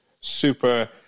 super